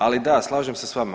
Ali da, slažem se s vama.